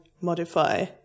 modify